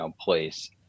place